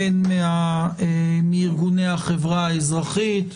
הן מארגוני החברה האזרחית,